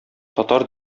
татар